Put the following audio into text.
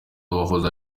n’uwahoze